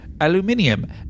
Aluminium